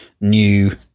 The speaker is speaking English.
new